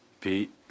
Pete